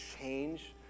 change